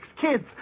kids